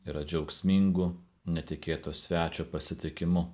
ir džiaugsmingu netikėto svečio pasitikimu